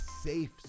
safe